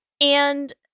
and-